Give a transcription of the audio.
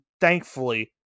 thankfully